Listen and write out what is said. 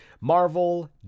Marvel